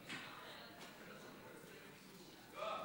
חברת הכנסת אורלי